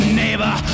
neighbor